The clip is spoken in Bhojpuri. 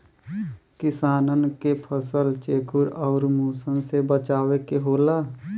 किसानन के फसल चेखुर आउर मुसन से बचावे के होला